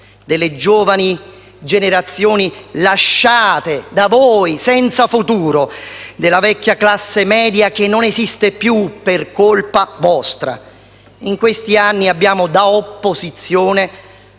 delle giovani generazioni lasciate da voi senza futuro, della vecchia classe media che non esiste più, per colpa vostra. In questi anni, da opposizione